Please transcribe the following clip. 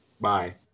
bye